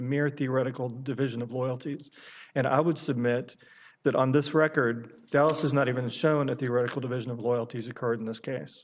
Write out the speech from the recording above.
mere theoretical division of loyalty and i would submit that on this record dallas is not even shown at the racial division of loyalties occurred in this case